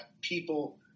people